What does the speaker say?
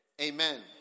Amen